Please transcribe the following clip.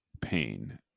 pain